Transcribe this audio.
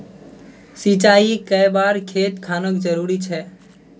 सिंचाई कै बार खेत खानोक जरुरी छै?